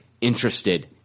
interested